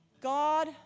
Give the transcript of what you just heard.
God